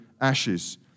ashes